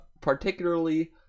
particularly